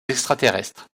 extraterrestres